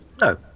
no